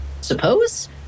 suppose